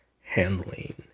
handling